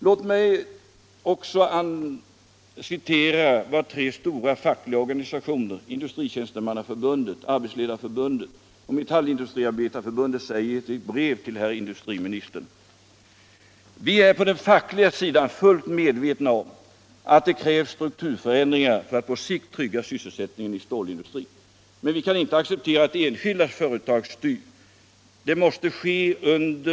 Jag vill också citera vad tre fackliga organisationer — industritjänstemannaförbundet, Arbetsledareförbundet och Metallindustriarbetareförbundet — säger i ett brev till industriministern: ”Vi är på den fackliga sidan fullt medvetna om att det krävs strukturförändringar för att på sikt trygga sysselsättningen i stålindustrin. Men vi kan inte acceptera alt enskilda företag styr utvecklingen på sina egna villkor utan verkligt samråd med de anställda och utan hänsyn till konsekvenserna för berörda människor och orter.